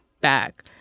back